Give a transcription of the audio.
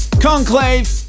Conclave